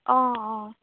অঁ অঁ